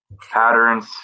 patterns